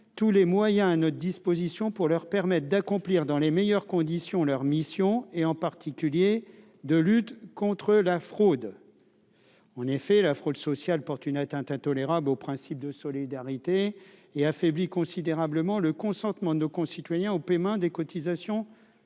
tous les moyens une disposition pour leur permettre d'accomplir dans les meilleures conditions leur mission et en particulier de lutte contre la fraude, en effet, la fraude sociale porte une atteinte intolérable au principe de solidarité et affaiblit considérablement le consentement de nos concitoyens au paiement des cotisations sociales,